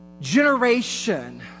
generation